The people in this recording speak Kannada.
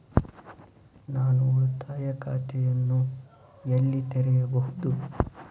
ನಾನು ಉಳಿತಾಯ ಖಾತೆಯನ್ನು ಎಲ್ಲಿ ತೆರೆಯಬಹುದು?